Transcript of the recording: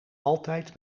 altijd